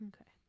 Okay